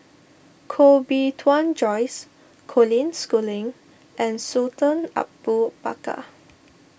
Koh Bee Tuan Joyce Colin Schooling and Sultan Abu Bakar